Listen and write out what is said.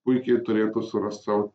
puikiai turėtų surast sau